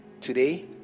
Today